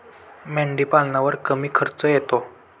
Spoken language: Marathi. मेंढीपालनावर कमी खर्च येतो